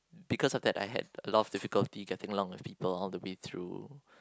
because of that I had a lot of difficulty getting along with people all the way through